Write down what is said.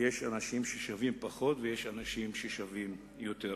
יש אנשים ששווים פחות ויש אנשים ששווים יותר.